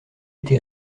été